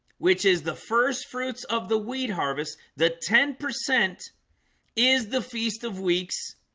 which is the first fruits of the weed harvest the ten percent is the feast of weeks?